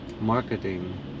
Marketing